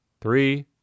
Three